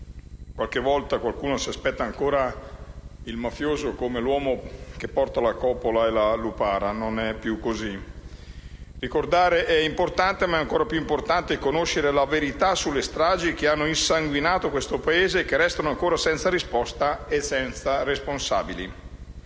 qualche volta qualcuno si aspetta ancora il mafioso come l'uomo che indossa la coppola e la lupara, ma non è più così. Ricordare è importante, ma lo è ancora di più conoscere la verità sulle stragi che hanno insanguinato questo Paese e che restano ancora senza risposta e senza responsabili.